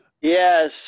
Yes